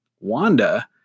wanda